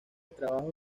trabajo